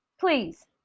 Please